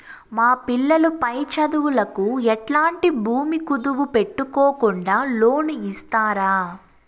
మా పిల్లలు పై చదువులకు ఎట్లాంటి భూమి కుదువు పెట్టుకోకుండా లోను ఇస్తారా